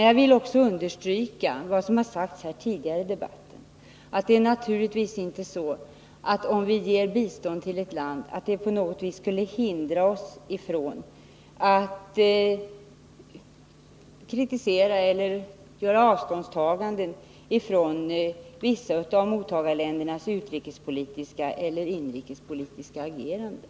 Jag vill också understryka vad som sagts tidigare i debatten, nämligen att det naturligtvis inte är så, att om vi ger bistånd till ett land skulle det på något vis hindra oss från att kritisera eller göra avståndstaganden från vissa av mottagarlandets utrikespolitiska eller inrikespolitiska ageranden.